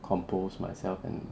compose myself and